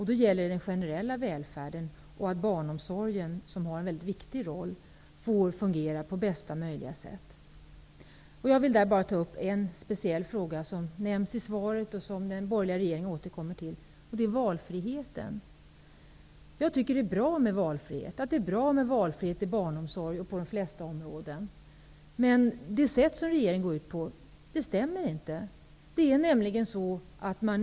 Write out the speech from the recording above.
Då gäller den generella välfärden och att barnomsorgen, som har en mycket viktig roll, får fungera på bästa möjliga sätt. Jag vill här bara ta upp en speciell fråga, som nämns i svaret och som den borgerliga regeringen återkommer till, och det är valfriheten. Jag tycker att det är bra med valfrihet inom barnomsorg och på de flesta områden. Men det sätt som regeringen går ut med detta på stämmer inte.